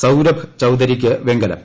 സൌരഭ് ചൌധരിക്ക് വെങ്കലം